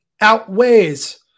outweighs